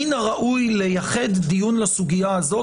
מין הראוי לייחד דיון לסוגיה הזאת,